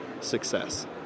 success